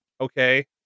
okay